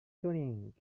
toning